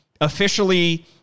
officially